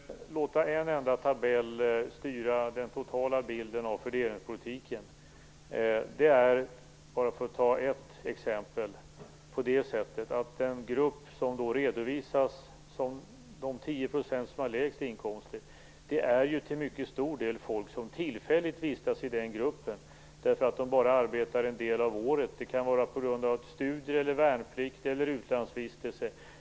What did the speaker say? Herr talman! Man skall inte låta en enda tabell styra den totala bilden av fördelningspolitiken. Det är, bara för att ta ett exempel, så att den grupp som redovisas som de 10 % som har lägst inkomster till mycket stor del består av folk som tillfälligt vistas i den gruppen därför att de bara arbetar en del av året på grund av studier, värnplikt eller utlandsvistelse.